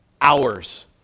Hours